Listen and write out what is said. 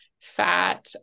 fat